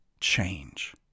change